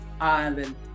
island